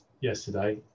yesterday